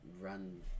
run